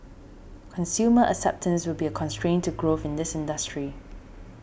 consumer acceptance will be a constraint to growth in this industry